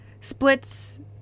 splits